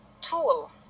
tool